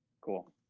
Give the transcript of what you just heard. Cool